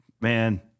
man